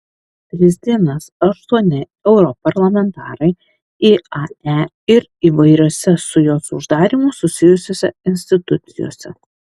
tris dienas aštuoni europarlamentarai iae ir įvairiose su jos uždarymu susijusiose institucijose